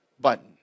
button